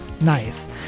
Nice